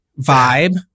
vibe